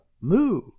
Moo